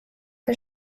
der